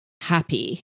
happy